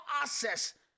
access